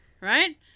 Right